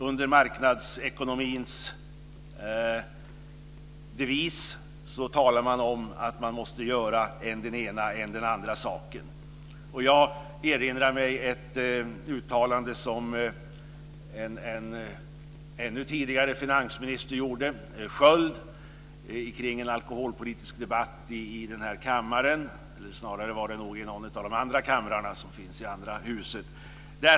Under marknadsekonomins devis talar man om att man måste göra än den ena än den andra saken. Jag erinrar mig ett uttalande som en ännu tidigare finansminister, Sköld, gjorde i en alkoholpolitisk debatt i den här kammaren, eller det var nog snarare i en av de andra kamrarna som finns i det andra huset.